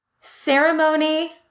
ceremony